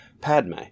Padme